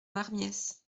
marmiesse